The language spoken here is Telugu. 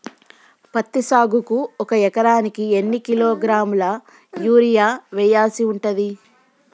పత్తి సాగుకు ఒక ఎకరానికి ఎన్ని కిలోగ్రాముల యూరియా వెయ్యాల్సి ఉంటది?